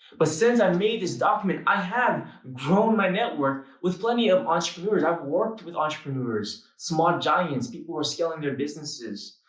but since i made this document, i have grown my network with plenty of entrepreneurs. i've worked with entrepreneurs of small giants. people who are scaling their businesses.